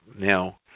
Now